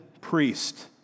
priest